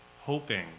Hoping